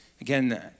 Again